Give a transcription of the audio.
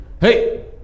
hey